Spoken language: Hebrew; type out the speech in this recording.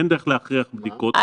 אין דרך להכריח בדיקות,